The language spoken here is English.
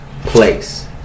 place